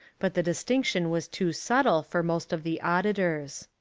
but the distinction was too subtle for most of the auditors.